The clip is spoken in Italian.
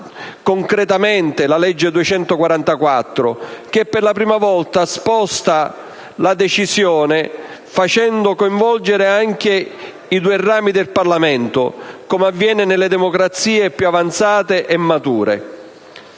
concretamente la legge n. 244 del 2012, che per la prima volta sposta la decisione, coinvolgendo i due rami del Parlamento, come avviene nelle democrazie più avanzate e mature.